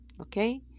okay